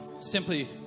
simply